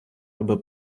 аби